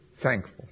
thankful